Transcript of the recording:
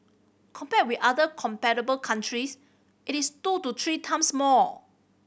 compared with other comparable countries it is two to three times more